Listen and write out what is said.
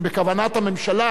שבכוונת הממשלה,